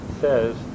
says